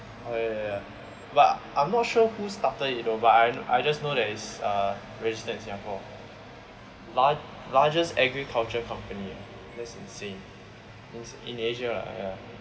oh ya ya ya ya but I'm not sure who started it know but I I just know that is uh registered in singapore largest agriculture company that's insane in asia lah ya